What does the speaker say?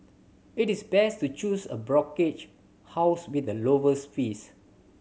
it is best to choose a brokerage house with the lowest fees